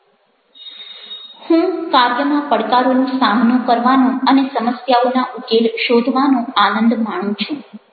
હું કાર્યમાં પડકારોનો સામનો કરવાનો અને સમસ્યાઓના ઉકેલ શોધવાનો આનંદ માણું છું